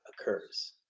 occurs